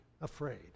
afraid